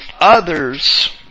others